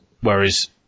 Whereas